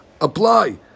apply